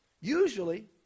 Usually